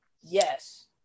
Yes